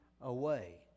away